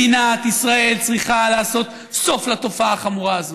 מדינת ישראל צריכה לעשות סוף לתופעה החמורה הזאת.